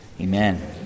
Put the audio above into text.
Amen